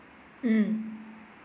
mm